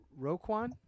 Roquan